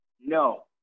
no